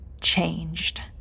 changed